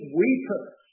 weepers